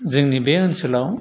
जोंनि बे ओनसोलाव